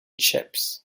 chips